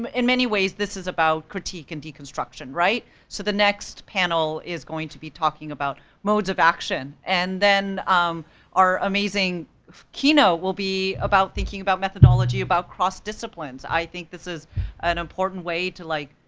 um in many ways, this is about critique and deconstruction, right? so the next panel is going to be talking about modes of action, and then our amazing kino will be thinking about methodology, about cross-disciplines. i think this is an important way to like,